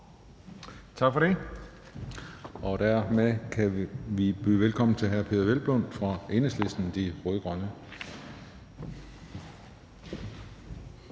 Tak for det. Dermed kan vi byde velkommen til hr. Peder Hvelplund fra Enhedslisten – De Rød-Grønne.